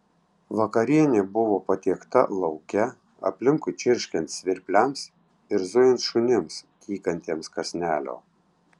vakarienė buvo patiekta lauke aplinkui čirškiant svirpliams ir zujant šunims tykantiems kąsnelio